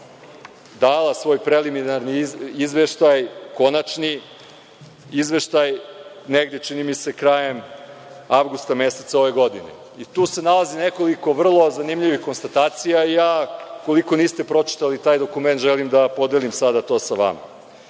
dala svoj preliminarni izveštaj konačni, negde čini mi se krajem avgusta meseca ove godine. Tu se nalazi nekoliko vrlo zanimljivih konstatacija i ja, ukoliko niste pročitali taj dokument želim da podelim to sada